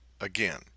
again